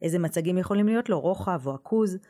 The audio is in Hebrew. איזה מצגים יכולים להיות לו? רוחב או עכוז?